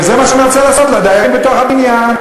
זה מה שאני רוצה לעשות לדיירים בתוך הבניין,